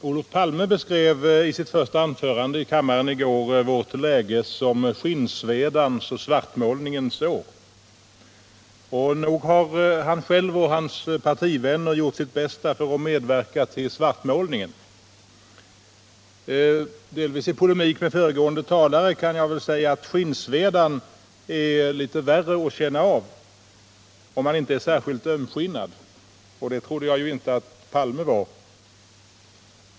Herr talman! I sitt första anförande i kammaren i går beskrev Olof Palme vårt läge som ”skinnsvedans och svartmålningens år”. Nog har han själv och hans partivänner gjort sitt bästa för att medverka till den svartmålningen. Delvis i polemik med föregående talare kan jag säga att skinnsvedan väl känns litet mindre, om man inte är särskilt ömskinnad, och det trodde jag inte att Olof Palme är.